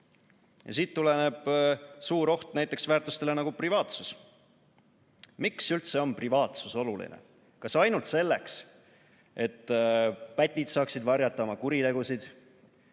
Siit tuleneb suur oht näiteks sellistele väärtustele nagu privaatsus. Miks üldse on privaatsus oluline, kas ainult selleks, et pätid saaksid varjata oma kuritegusid,